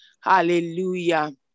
hallelujah